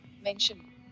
mention